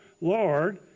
Lord